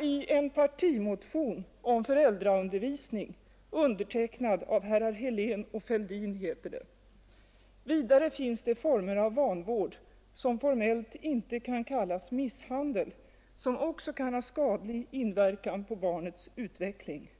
I en partimotion om föräldraundervisning, undertecknad av herrar Helén och Fälldin, heter det: ”Vidare finns det former av vanvård, som formellt inte kan kallas misshandel, som också kan ha skadlig inverkan på barnets utveckling.